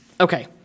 okay